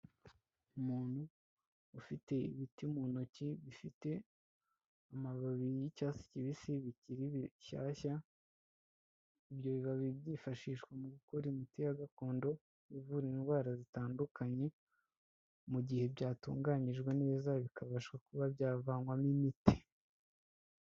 Umuntu ufite ibiti mu ntoki bifite amababi y'icyatsi kibisi bikiri ibishyashya, ibyo biba byifashishwa mu gukora imiti ya gakondo, ivura indwara zitandukanye, mu gihe byatunganijwe neza, bikabasha kuba byavanwamo imiti.